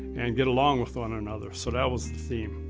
and get along with one another. so that was the theme.